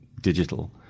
digital